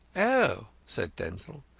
oh! said denzil,